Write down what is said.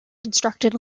constructed